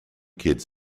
kids